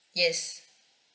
yes